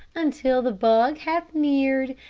until the bug hath neared,